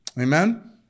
Amen